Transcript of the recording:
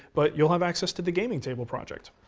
but you'll have access to the gaming table project.